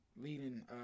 Leading